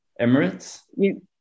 Emirates